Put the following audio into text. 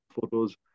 photos